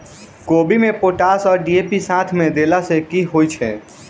कोबी मे पोटाश आ डी.ए.पी साथ मे देला सऽ की होइ छै?